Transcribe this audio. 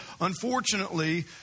unfortunately